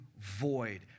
void